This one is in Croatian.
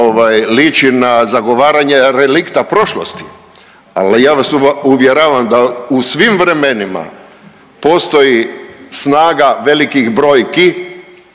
liči na zagovaranje relikta prošlosti, ali ja vas uvjeravam da u svim vremenima postoji snaga velikih brojki